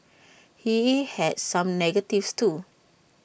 he had some negatives too